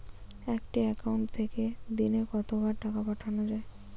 একটি একাউন্ট থেকে দিনে কতবার টাকা পাঠানো য়ায়?